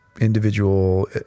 individual